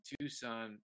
Tucson